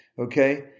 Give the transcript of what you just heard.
Okay